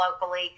locally